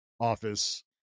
office